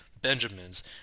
Benjamins